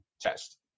test